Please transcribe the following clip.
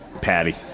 Patty